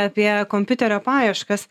apie kompiuterio paieškas